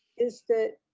is that